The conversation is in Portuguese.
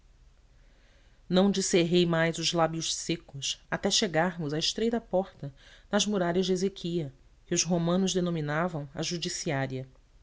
não descerrei mais os lábios secos até chegarmos à estreita porta nas muralhas de ezequiá que os romanos denominavam a judiciária